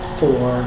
four